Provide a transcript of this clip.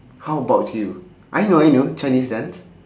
how about you I know I know chinese dance